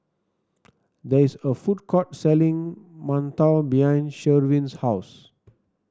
there is a food court selling mantou behind Sherwin's house